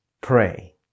Pray